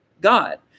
God